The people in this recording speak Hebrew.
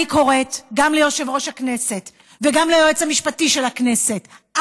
אני קוראת גם ליושב-ראש הכנסת וגם ליועץ המשפטי של הכנסת: